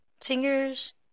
Singers